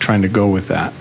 trying to go with that